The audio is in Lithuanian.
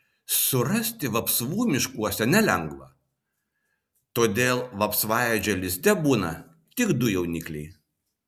surasti vapsvų miškuose nelengva todėl vapsvaėdžio lizde būna tik du jaunikliai